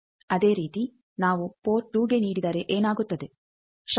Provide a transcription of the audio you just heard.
ಅದೇ ರೀತಿ ನಾವು ಪೋರ್ಟ್2ಗೆ ನೀಡಿದರೆ ಏನಾಗುತ್ತದೆ